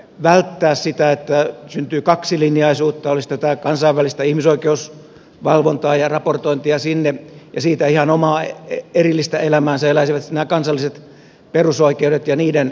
välttää sitä että syntyy kaksilinjaisuutta että olisi tätä kansainvälistä ihmisoikeusvalvontaa ja raportointia sinne ja siitä ihan omaa erillistä elämäänsä eläisivät sitten nämä kansalliset perusoikeudet ja niiden valvonta